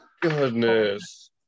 Goodness